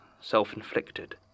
self-inflicted